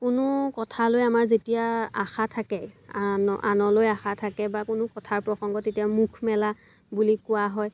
কোনো কথালৈ আমাৰ যেতিয়া আশা থাকে আন আনলৈ আশা থাকে বা কোনো কথাৰ প্ৰসংগত তেতিয়া মুখ মেলা বুলি কোৱা হয়